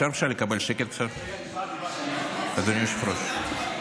אפשר לקבל שם קצת שקט, אדוני היושב-ראש?